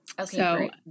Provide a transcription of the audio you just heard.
Okay